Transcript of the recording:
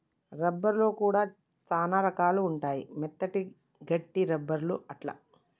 rubber లో కూడా చానా రకాలు ఉంటాయి మెత్తటి, గట్టి రబ్బర్ అట్లా